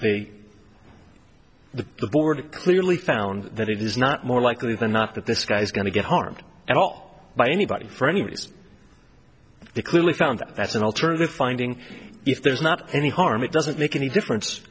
is they the board clearly found that it is not more likely than not that this guy's going to get harmed at all by anybody for any reason they clearly found that that's an alternative finding if there's not any harm it doesn't make any difference